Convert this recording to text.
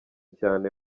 cyane